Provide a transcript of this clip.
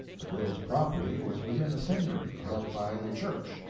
the girl's property was within a seigniory held by the church.